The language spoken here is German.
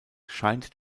scheint